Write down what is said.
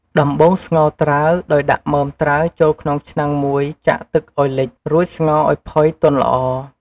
ដំបូងស្ងោរត្រាវ ដោយដាក់មើមត្រាវចូលក្នុងឆ្នាំងមួយចាក់ទឹកឱ្យលិច រួចស្ងោរឱ្យផុយទន់ល្អ។